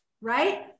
right